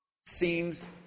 seems